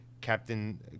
Captain